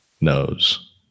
knows